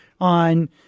on